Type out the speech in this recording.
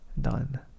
done